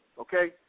Okay